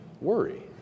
worry